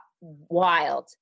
wild